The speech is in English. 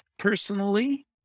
Personally